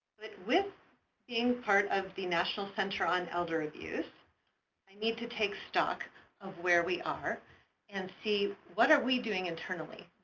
with with being part of the national center on elder abuse, we need to take stock of where we are and see what are we doing internally.